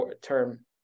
term